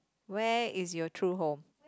where is your true home